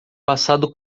passado